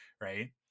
right